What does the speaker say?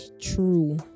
true